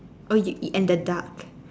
oh y~ and the duck